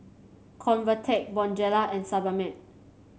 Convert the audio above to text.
Convatec Bonjela and Sebamed